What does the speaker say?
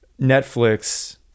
Netflix